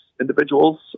individuals